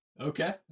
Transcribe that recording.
Okay